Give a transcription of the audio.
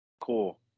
Cool